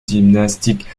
gymnastique